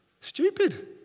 Stupid